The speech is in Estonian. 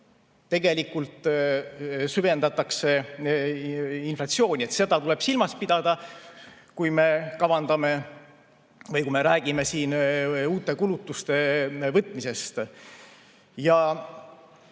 tegelikult süvendatakse inflatsiooni. Seda tuleb silmas pidada, kui me kavandame või kui me räägime siin uute kulutuste võtmisest. Ja